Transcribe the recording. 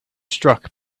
struck